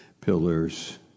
pillars